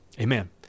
amen